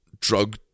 drug